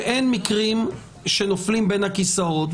שאין מקרים שנופלים בין הכיסאות.